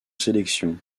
sélection